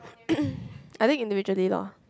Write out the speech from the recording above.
I think individually loh